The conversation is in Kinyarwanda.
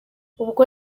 ubwo